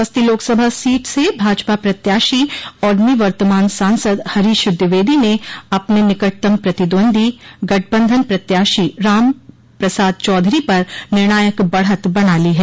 बस्ती Lok Sabha seat से भाजपा प्रत्याशी और निवर्तमान सांसद हरीश द्विवेदी ने अपने निकटतम प्रतिद्वंदी गठबंधन प्रत्याशी राम प्रसाद चौधरी पर निर्णायक बढ़त बना ली है